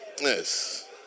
Yes